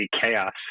chaos